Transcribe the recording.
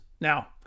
Now